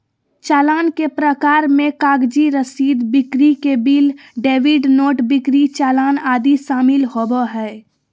चालान के प्रकार मे कागजी रसीद, बिक्री के बिल, डेबिट नोट, बिक्री चालान आदि शामिल होबो हय